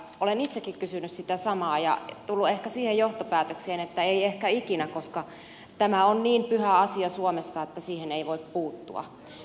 olen itsekin kysynyt sitä samaa ja tullut ehkä siihen johtopäätökseen että ei ehkä ikinä koska tämä on niin pyhä asia suomessa että siihen ei voi puuttua